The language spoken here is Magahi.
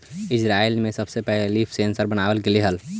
इजरायल में सबसे पहिले लीफ सेंसर बनाबल गेले हलई